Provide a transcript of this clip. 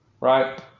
Right